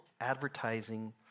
advertising